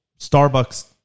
Starbucks